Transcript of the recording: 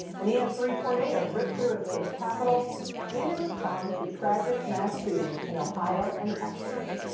an e f three tornado ripped through a state capitol and in response to tragic mass shootings in ohio and texas.